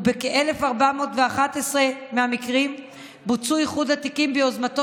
ובכ-1,411 מהמקרים בוצע איחוד התיקים ביוזמתו